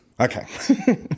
Okay